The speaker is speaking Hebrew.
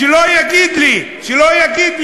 שלא יגיד לי,